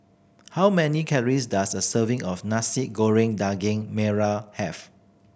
how many calories does a serving of Nasi Goreng Daging Merah have